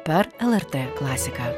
per lrt klasiką